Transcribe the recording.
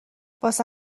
واسه